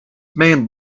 man